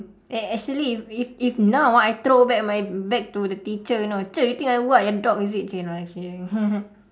eh actually if if if now I throw back my bag to the teacher know cher you think I what your dog is it !chey! no lah kidding